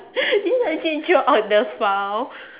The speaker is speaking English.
did you actually draw out the file